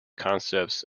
concepts